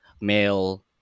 male